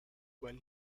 when